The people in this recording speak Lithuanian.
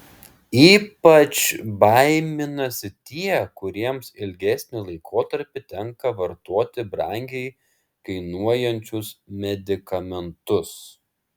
ypač baiminasi tie kuriems ilgesnį laikotarpį tenka vartoti brangiai kainuojančius medikamentus